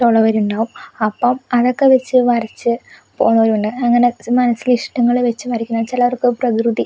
ഇഷ്ടമുള്ളവർ ഉണ്ടാകും അപ്പം അതൊക്കെ വെച്ച് വരച്ച് പോകുന്നവരുമുണ്ട് അങ്ങനെ സ് മനസ്സിൽ ഇഷ്ടങ്ങൾ വെച്ച് വരക്കുന്ന ചിലർക്ക് പ്രകൃതി